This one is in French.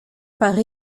par